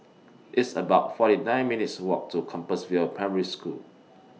It's about forty nine minutes' Walk to Compassvale Primary School